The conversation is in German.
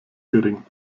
gering